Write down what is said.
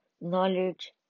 knowledge